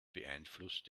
beeinflusst